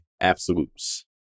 absolutes